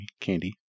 Candy